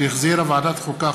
שהחזירה ועדת החוקה,